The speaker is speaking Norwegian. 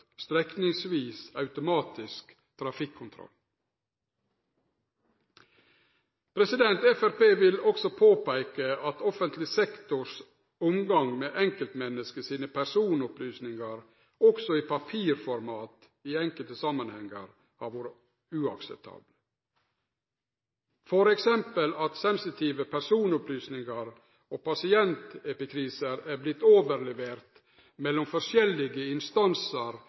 strekningsvis automatisk trafikkontroll. Framstegspartiet vil òg påpeike at offentleg sektor sin omgang med enkeltmenneske sine personopplysningar òg i papirformat i enkelte samanhengar har vore uakseptabel, t.d. at sensitive personopplysningar og pasientepikrisar har vorte overleverte mellom forskjellige instansar